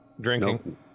Drinking